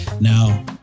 Now